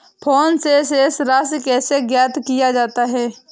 Phone से शेष राशि कैसे ज्ञात किया जाता है?